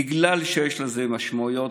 בגלל שיש לזה משמעויות,